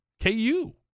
KU